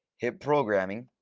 hit programming,